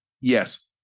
Yes